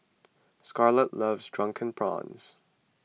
Scarlet loves Drunken Prawns